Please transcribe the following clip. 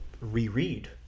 reread